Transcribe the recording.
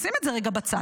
שים את זה רגע בצד.